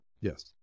Yes